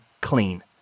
clean